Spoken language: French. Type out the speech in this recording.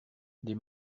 des